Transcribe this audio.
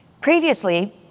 Previously